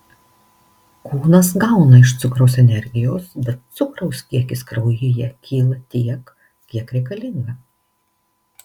kūnas gauna iš cukraus energijos bet cukraus kiekis kraujyje kyla tiek kiek reikalinga